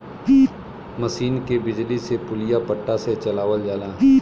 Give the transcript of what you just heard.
मसीन के बिजली से पुलिया पट्टा से चलावल जाला